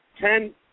ten